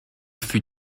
fut